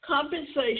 compensation